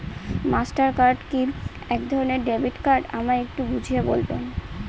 Master card কি একধরণের debit card আমায় একটু বুঝিয়ে বলবেন?